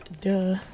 Duh